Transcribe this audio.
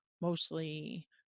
mostly